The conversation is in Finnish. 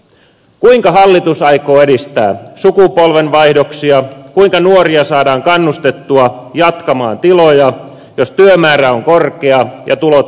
kuinka hallitus aikoo edistää sukupolvenvaihdoksia kuinka nuoria saadaan kannustettua jatkamaan tiloja jos työmäärä on korkea ja tulot minimissä